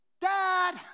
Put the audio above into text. dad